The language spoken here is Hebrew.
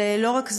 ולא רק זה,